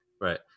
Right